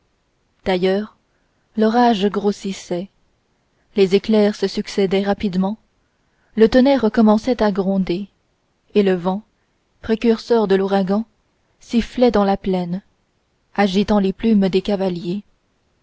d'ailleurs l'orage grossissait les éclairs se succédaient rapidement le tonnerre commençait à gronder et le vent précurseur de l'ouragan sifflait dans la plaine agitant les plumes des cavaliers